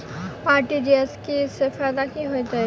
RTGS सँ की फायदा होइत अछि?